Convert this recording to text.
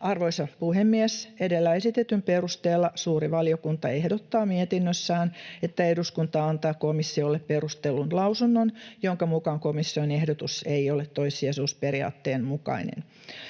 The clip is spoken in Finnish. Arvoisa puhemies! Edellä esitetyn perusteella suuri valiokunta ehdottaa mietinnössään, että eduskunta antaa komissiolle perustellun lausunnon, jonka mukaan komission ehdotus ei ole toissijaisuusperiaatteen mukainen.